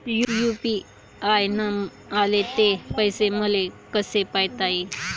UPI न आले ते पैसे मले कसे पायता येईन?